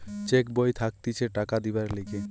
check বই থাকতিছে টাকা দিবার লিগে